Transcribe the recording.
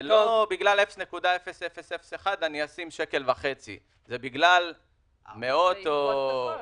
זה לא בגלל ה-0.0001 אני אשים שקל וחצי אלא זה בגלל מאות אלפי תביעות.